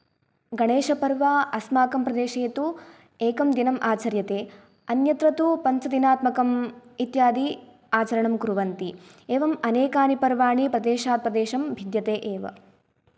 गणेशपर्व अस्माकं प्रदेशे तु एकं दिनम् आचर्यते अन्यत्र तु पञ्चदिनात्मकम् इत्यादि आचरणं कुर्वन्ति एवम् अनेकानि पर्वाणि प्रदेशात् प्रदेशं भिद्यते एव